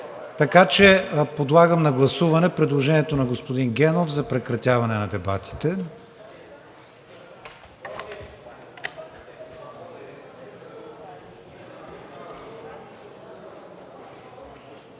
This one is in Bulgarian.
изкаже. Подлагам на гласуване предложението на господин Генов за прекратяване на дебатите.